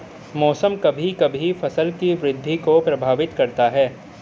मौसम कभी कभी फसल की वृद्धि को प्रभावित करता है